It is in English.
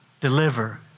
deliver